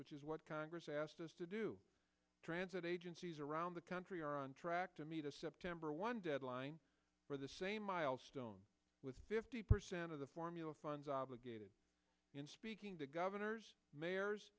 which is what asked us to do transit agencies around the country are on track to meet a september one deadline for the same milestone with fifty percent of the formula funds obligated in speaking to governors mayors